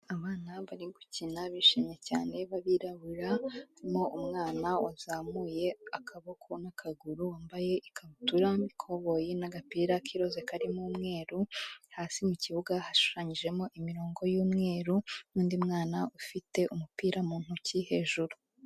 Abana bari gukina, bishimye cyane, b'abirabura, harimo umwana wazamuye akaboko n'akaguru, wambaye ikabutura n'ikoboyi n'agapira k'iroze karimo umweru, hasi mu kibuga hashushanyijemo imirongo y'umweru n'undi mwana ufite umupira mu ntoki, hejuru.